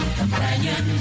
companion